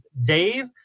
Dave